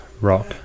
rock